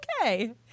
okay